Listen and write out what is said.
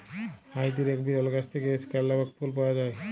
হাইতির এক বিরল গাছ থেক্যে স্কেয়ান লামক ফুল পাওয়া যায়